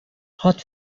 hot